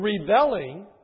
rebelling